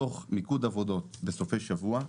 תוך מיקוד עבודות בסופי שבוע,